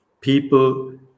people